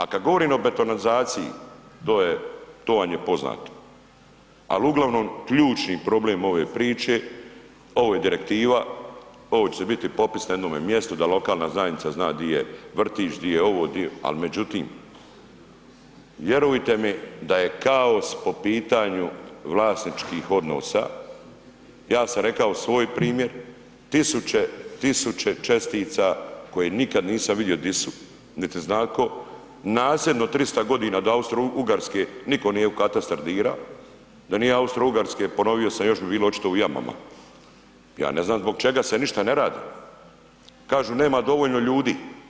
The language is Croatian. A kad govorim o betonizaciji, to je, to vam je poznato, al uglavnom ključni problem ove priče, ovo je direktiva, ovo će biti popis na jednome mjestu da lokalna zajednica zna di je vrtić, di je ovo, di je, al međutim vjerujte mi da je kaos po pitanju vlasničkih odnosa, ja sam rekao svoj primjer, tisuće, tisuće čestica koje nikad nisam vidio di su, niti zna ko, nasljedno 300.g. od Austro-Ugarske niko nije u katastar dira, da nije Austro-Ugarske, ponovio sam još bi bilo očito u jamama, ja ne znam zbog čega se ništa ne radi, kažu nema dovoljno ljudi.